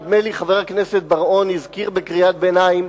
נדמה לי שחבר הכנסת בר-און הזכיר בקריאת ביניים: